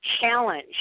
challenge